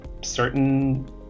certain